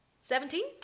Seventeen